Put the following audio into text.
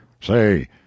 Say